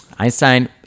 Einstein